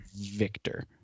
Victor